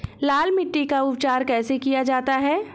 लाल मिट्टी का उपचार कैसे किया जाता है?